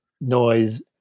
noise